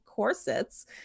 corsets